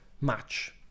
match